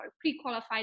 pre-qualified